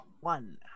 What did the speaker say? One